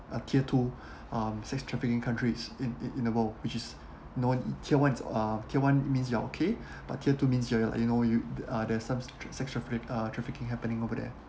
uh tier two um sex trafficking countries in in in the world which is known tier one uh tier one means you're okay but tier two means you're you know you the uh there's some sex traffic~ uh trafficking happening over there